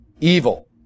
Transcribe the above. evil